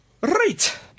Right